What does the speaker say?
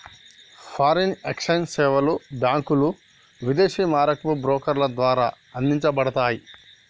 foreign exchange సేవలు బ్యాంకులు, విదేశీ మారకపు బ్రోకర్ల ద్వారా అందించబడతయ్